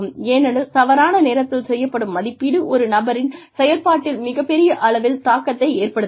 ஏனெனில் தவறான நேரத்தில் செய்யப்படும் மதிப்பீடு ஒரு நபரின் செயல்பாட்டில் மிகப் பெரிய அளவில் தாக்கத்தை ஏற்படுத்தாது